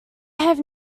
have